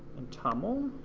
and toml